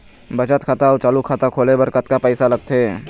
बचत अऊ चालू खाता खोले बर कतका पैसा लगथे?